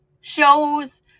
shows